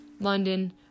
London